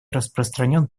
распространен